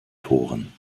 toren